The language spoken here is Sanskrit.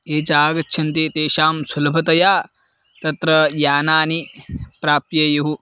ये च आगच्छन्ति तेषां सुलभतया तत्र यानानि प्राप्नुयुः